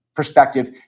perspective